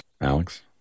Alex